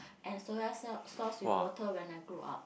and soya sau~ sauce with water when I grew up